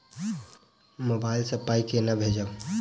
Mobile सँ पाई केना भेजब?